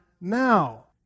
now